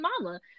mama